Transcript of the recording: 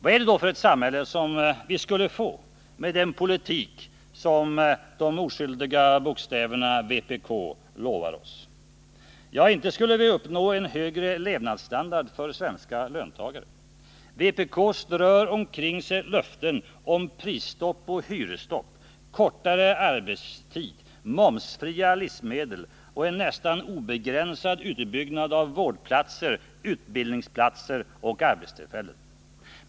Vad är det då för ett samhälle vi skulle få med den politik som partiet bakom de oskyldiga bokstäverna vpk lovar oss? Ja, inte skulle vi uppnå en högre levnadsstandard för svenska löntagare. Vpk strör omkring sig löften om prisstopp och hyresstopp, kortare arbetstid, momsfria livsmedel och en nästan obegränsad utbyggnad av vårdplatser, utbildningsplatser och arbetstillfällen.